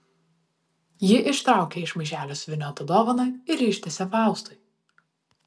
ji ištraukia iš maišelio suvyniotą dovaną ir ištiesia faustui